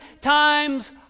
times